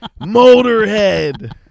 Motorhead